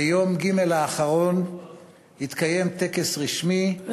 ביום ג' האחרון התקיים טקס רשמי והתקיים,